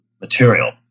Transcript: material